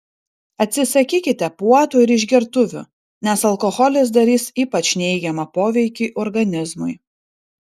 atsisakykite puotų ir išgertuvių nes alkoholis darys ypač neigiamą poveikį organizmui